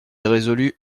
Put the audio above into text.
résolu